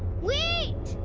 wait,